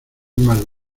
más